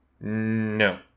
No